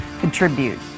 contribute